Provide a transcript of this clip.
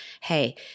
hey